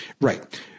Right